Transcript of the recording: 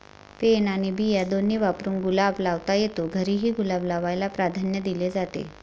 pen आणि बिया दोन्ही वापरून गुलाब लावता येतो, घरीही गुलाब लावायला प्राधान्य दिले जाते